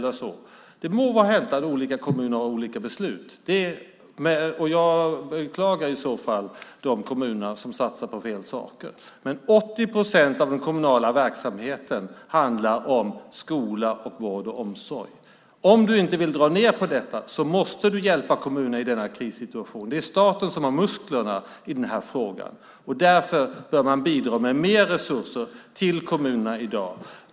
De må vara hänt att olika kommuner har fattat olika beslut, och jag beklagar de kommuner som satsar på fel saker. Men 80 procent av den kommunala verksamheten handlar om skola, vård och omsorg. Om man inte vill dra ned på detta måste man hjälpa kommunerna i denna krissituation. Det är staten som har musklerna i denna fråga. Därför bör man bidra med mer resurser till kommunerna i dag.